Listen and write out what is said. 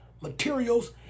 materials